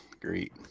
Great